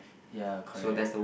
ya correct